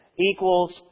equals